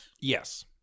Yes